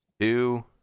two